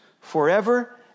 forever